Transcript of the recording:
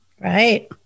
Right